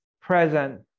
present